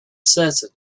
certain